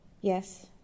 Yes